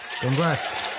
congrats